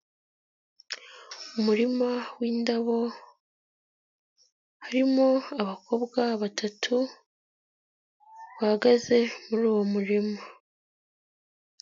Umurima w'indabo, harimo abakobwa batatu, bahagaze muri uwo murima.